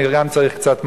אני גם צריך קצת מים.